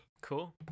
Cool